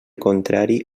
contrari